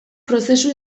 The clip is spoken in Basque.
prozesu